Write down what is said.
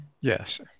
Yes